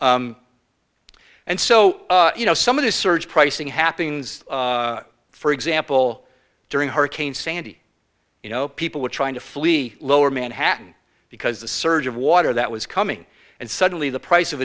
and so you know some of the surge pricing happenings for example during hurricane sandy you know people were trying to flee lower manhattan because the surge of water that was coming and suddenly the price of